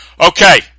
Okay